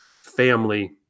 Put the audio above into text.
family